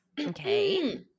Okay